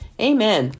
Amen